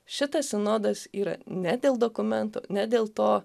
šitas sinodas yra ne dėl dokumentų ne dėl to